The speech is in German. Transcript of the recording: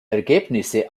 ergebnisse